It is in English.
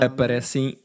Aparecem